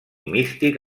místic